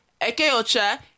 Ekeocha